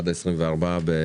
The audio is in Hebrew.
עד ה-24 בינואר.